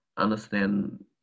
Understand